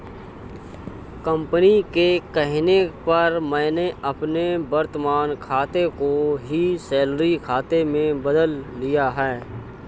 company के कहने पर मैंने अपने वर्तमान खाते को ही सैलरी खाते में बदल लिया है